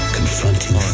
Confronting